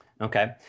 Okay